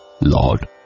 Lord